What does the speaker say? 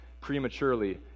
prematurely